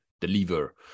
deliver